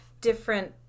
different